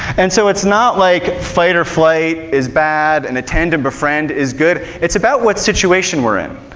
and so it's not like fight-or-flight is bad and attend-and-befriend is good, it's about what situation we're in.